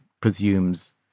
presumes